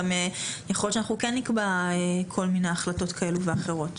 יכול להיות שאנחנו כן נקבע כל מיני החלטות כאלה ואחרות.